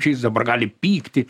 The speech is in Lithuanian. čia jis dabar gali pykti